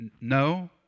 no